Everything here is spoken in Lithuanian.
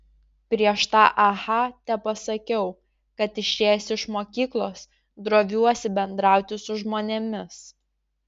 prieš tą aha tepasakiau kad išėjęs iš mokyklos droviuosi bendrauti su žmonėmis